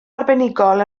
arbenigol